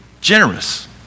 Generous